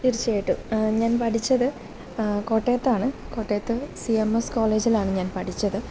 തീർച്ചയായിട്ടും ഞാൻ പഠിച്ചത് കോട്ടയത്താണ് കോട്ടയത്ത് സി എം എസ് കോളേജിലാണ് ഞാൻ പഠിച്ചത്